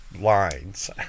lines